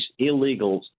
illegals